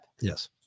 Yes